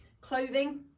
clothing